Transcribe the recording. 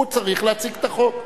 הוא צריך להציג את החוק.